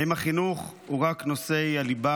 האם החינוך הוא רק נושאי הליבה,